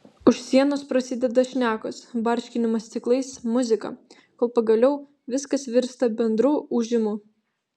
už sienos prasideda šnekos barškinimas stiklais muzika kol pagaliau viskas virsta bendru ūžimu